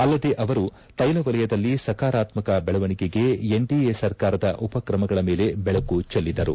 ಅಲ್ಲದೇ ಅವರು ತೈಲ ವಲಯದಲ್ಲಿ ಸಕಾರಾತ್ಮಕ ಬದಲಾವಣೆಗೆ ಎನ್ ಡಿ ಎ ಸರ್ಕಾರದ ಉಪಕ್ರಮಗಳ ಮೇಲೆ ಬೆಳಕು ಚೆಲ್ಲಿದರು